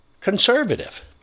conservative